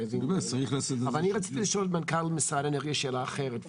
אני רציתי לשאול את מנכ"ל משרד האנרגיה שאלה אחרת.